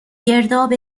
گرداب